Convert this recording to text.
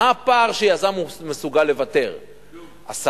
מה הפער שיזם מסוגל לוותר עליו?